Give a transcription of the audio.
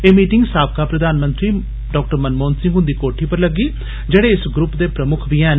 एह् मीटिंग साबका प्रधानमंत्री मनमोहन सिंह हुंदी कोठी पर लग्गी जेहड़े इस ग्रुप दे प्रमुक्ख बी हैन